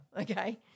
okay